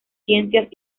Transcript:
ciencias